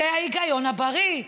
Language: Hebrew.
זה ההיגיון הבריא.